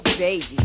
Baby